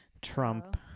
trump